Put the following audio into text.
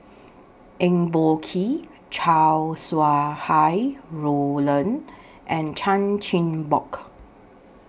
Eng Boh Kee Chow Sau Hai Roland and Chan Chin Bock